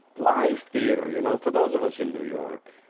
live theater you know for those of us in new york